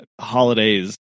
Holidays